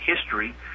history